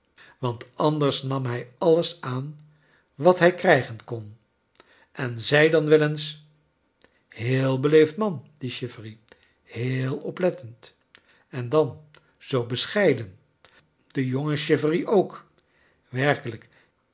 want anders nam hij alles aan wat hij krijgen kon en zei dan wel eens heel beleei'd man die chivery heel oplettend en dan zoo bescheiden de jonge chivery ook werkekelijk